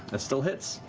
that still hits.